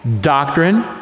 doctrine